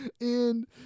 And-